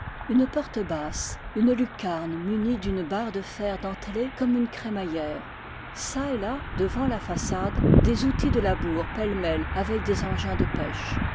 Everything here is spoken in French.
une porte basse une lucarne munie d'une barre de fer dentelée comme une cré maillère çà et là devant la façade des outils de labour pêle-mêle avec des engins de pêche